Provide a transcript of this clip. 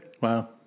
Wow